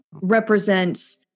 represents